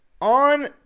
On